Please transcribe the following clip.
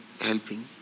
helping